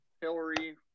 Hillary